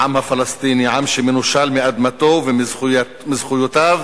העם הפלסטיני, עם שמנושל מאדמתו ומזכויותיו,